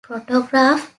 photograph